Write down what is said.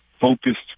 focused